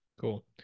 Cool